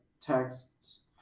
texts